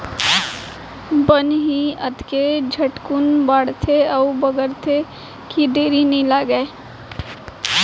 बन ही अतके झटकुन बाढ़थे अउ बगरथे कि देरी नइ लागय